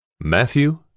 Matthew